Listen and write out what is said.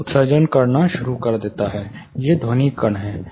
यह उत्सर्जन करना शुरू कर रहा है ये ध्वनि कण हैं